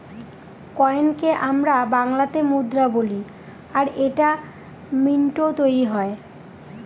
কয়েনকে আমরা বাংলাতে মুদ্রা বলি আর এটা মিন্টৈ তৈরী হয়